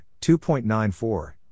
2.94